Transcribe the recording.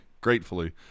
gratefully